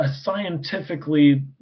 scientifically